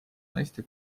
naiste